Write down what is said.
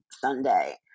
Sunday